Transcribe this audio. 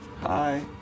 Hi